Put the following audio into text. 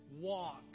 walk